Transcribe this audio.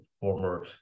former